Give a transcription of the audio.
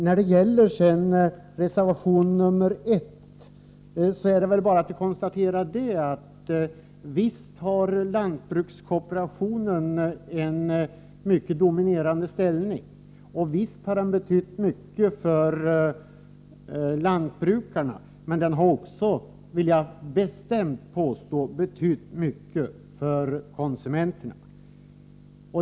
När det gäller reservation 1 vill jag säga att visst har lantbrukskooperationen en mycket dominerande ställning och visst har den betytt mycket för lantbrukarna, men den har också — det vill jag bestämt påstå — betytt mycket för konsumenterna.